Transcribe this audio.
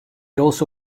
also